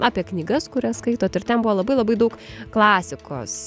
apie knygas kurias skaitot ir ten buvo labai labai daug klasikos